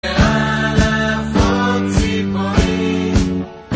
אל על עפות ציפורים